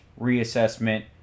reassessment